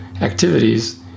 activities